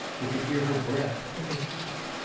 we could hear her breath, quick and short.